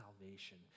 salvation